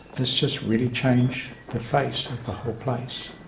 has just really changed the face of the whole place.